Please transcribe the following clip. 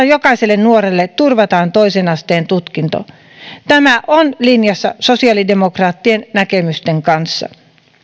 jokaiselle nuorelle turvataan toisen asteen tutkinto tämä on linjassa sosiaalidemokraattien näkemysten kanssa